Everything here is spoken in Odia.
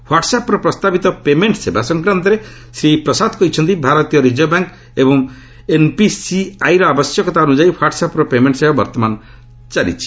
ହ୍ୱାଟ୍ୱଆପ୍ର ପ୍ରସ୍ତାବିତ ପେମେଣ୍ଟ ସେବା ସଂକ୍ରାନ୍ତରେ ଶ୍ରୀ ପ୍ରସାଦ କହିଛନ୍ତି ଭାରତୀୟ ରିଜର୍ଭ ବ୍ୟାଙ୍କ ଏବଂ ଏନ୍ପିସିଆଇର ଆବଶ୍ୟକତା ଅନୁଯାୟୀ ହ୍ୱାଟ୍ଆପ୍ର ପେମେଣ୍ଟ ସେବା ବର୍ତ୍ତମାନ ଚାଲିଛି